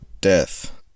Death